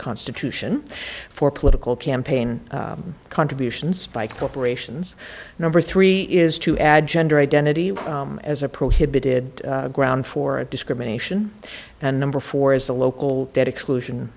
constitution for political campaign contributions by corporations number three is to add gender identity as a prohibited ground for a discrimination and number four is the local that exclusion